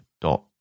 dot